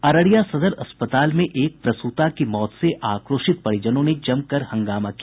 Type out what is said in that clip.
अररिया सदर अस्पताल में एक प्रसूता की मौत से आक्रोशित परिजनों ने जमकर हंगामा किया